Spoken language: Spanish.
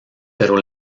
pero